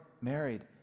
married